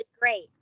great